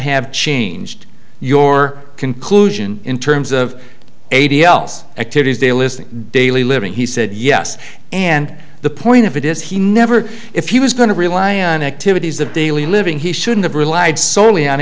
have changed your conclusion in terms of eighty else activities delisting daily living he said yes and the point of it is he never if he was going to rely on activities of daily living he shouldn't be relied solely on